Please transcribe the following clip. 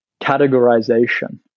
categorization